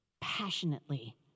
passionately